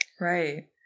Right